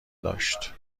داشت